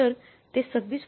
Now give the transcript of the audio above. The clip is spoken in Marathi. तर ते २६